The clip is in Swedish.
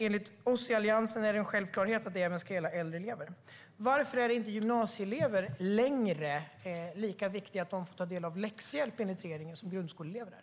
Enligt oss i Alliansen är det en självklarhet att det även ska gälla äldre elever. Varför är enligt regeringen inte gymnasieelever längre lika viktiga som grundskoleelever när det gäller att få ta del av läxhjälp?